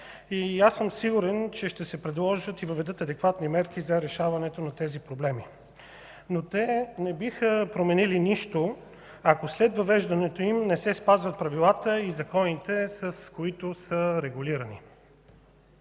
съм, че ще се предложат и въведат адекватни мерки за решаването на тези проблеми. Но те не биха променили нищо, ако след въвеждането им не се спазват правилата и законите, с които са регулирани.